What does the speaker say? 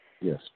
Yes